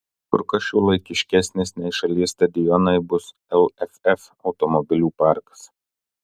kur kas šiuolaikiškesnis nei šalies stadionai bus lff automobilių parkas